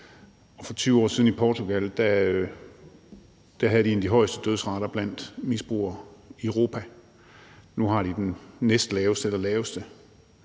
For 20 år siden i Portugal havde de en af de højeste dødsrater blandt misbrugere i Europa; nu har de den næstlaveste eller laveste.